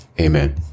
amen